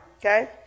okay